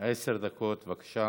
עשר דקות, בבקשה.